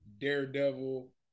Daredevil